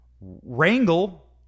wrangle